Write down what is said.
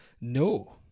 No